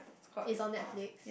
it's on Netflix